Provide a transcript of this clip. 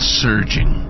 surging